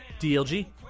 DLG